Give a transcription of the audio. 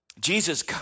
Jesus